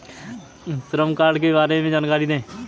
श्रम कार्ड के बारे में जानकारी दें?